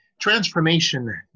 Transformation